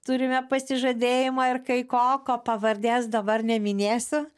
turime pasižadėjimą ir kai ko ko pavardės dabar neminėsiu